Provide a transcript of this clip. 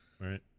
Right